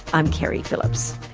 i'm keri phillips